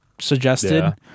suggested